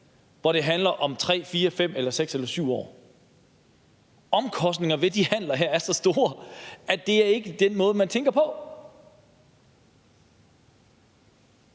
hvor det handler om 3, 4, 5, 6 eller 7 år. Omkostningerne ved de her handler er så store, at det ikke er den måde, man tænker på.